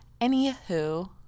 Anywho